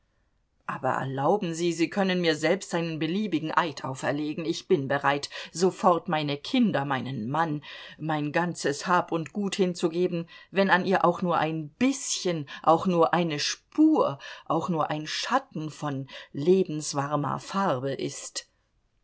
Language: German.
aber erlauben sie sie können mir selbst einen beliebigen eid auferlegen ich bin bereit sofort meine kinder meinen mann mein ganzes hab und gut hinzugeben wenn an ihr auch nur ein bißchen auch nur eine spur auch nur ein schatten von lebenswarmer farbe ist